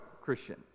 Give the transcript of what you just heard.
Christian